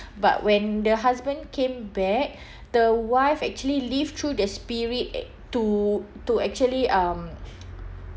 but when the husband came back the wife actually lived through the spirit eh to to actually um